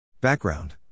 Background